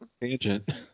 tangent